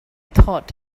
thought